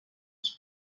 qui